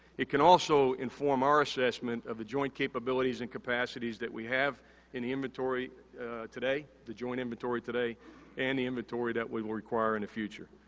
it can also inform our assessment of the joint capabilities and capacities that we have and the inventory today, the joint inventory today and the inventory that we will require in the future.